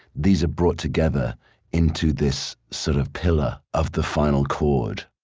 these are brought together into this sort of pillar of the final chord.